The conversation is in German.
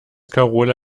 karola